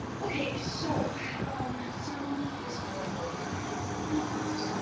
okay, so some historical models.